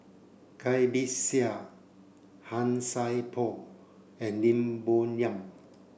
Cai Bixia Han Sai Por and Lim Bo Yam